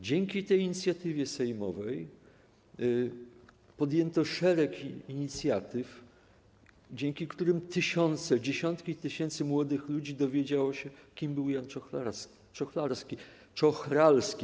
Dzięki tej inicjatywie sejmowej podjęto szereg inicjatyw, dzięki którym tysiące, dziesiątki tysięcy młodych ludzi dowiedziało się, kim był Jan Czochralski.